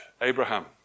Abraham